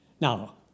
Now